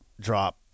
drop